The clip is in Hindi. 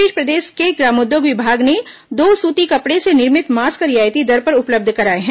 इस बीच प्रदेश के ग्रामोद्योग विभाग ने दो सूती कपड़े से निर्मित मास्क रियायती दर पर उपलब्ध कराए हैं